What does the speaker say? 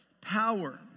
power